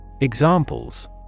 Examples